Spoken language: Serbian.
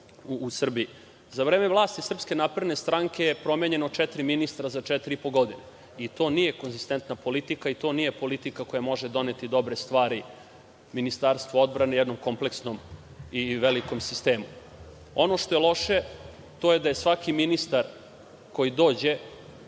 u Srbiji.Za vreme vlasti Srpske napredne stranke promenjeno je četiri ministra za četiri i po godine. To nije konzistentna politika i to nije politika koja može doneti dobre stvari Ministarstvu odbrane i jednom kompleksnom i velikom sistemu. Ono što je loše, to je da je svaki ministar koji dođe